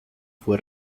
fue